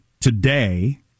today